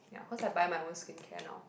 ya cause I buy my own skincare now